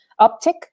uptick